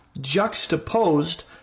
juxtaposed